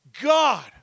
God